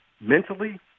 mentally